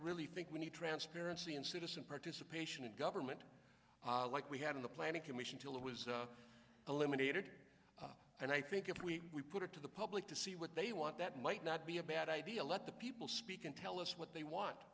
really think we need transparency in citizen participation in government like we had in the planning commission till it was eliminated and i think if we put it to the public to see what they want that might not be a bad idea let the people speak and tell us what they want